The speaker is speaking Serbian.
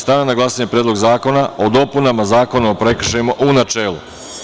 Stavljam na glasanje Predlog zakona o dopunama Zakona o prekršajima u načelu.